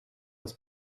was